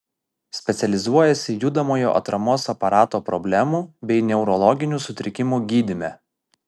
specializuojasi judamojo atramos aparato problemų bei neurologinių sutrikimų gydyme